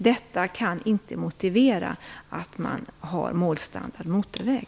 Det kan inte motivera en motorväg.